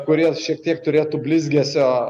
kurie šiek tiek turėtų blizgesio